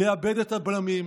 לאבד את הבלמים,